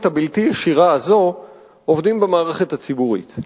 הבלתי ישירה הזאת עובדים במערכת הציבורית.